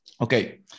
okay